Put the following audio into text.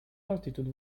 altitude